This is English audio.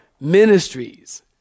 ministries